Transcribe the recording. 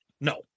no